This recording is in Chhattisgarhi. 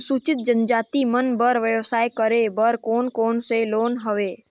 अनुसूचित जनजाति मन बर व्यवसाय करे बर कौन कौन से लोन हवे?